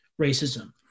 racism